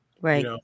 Right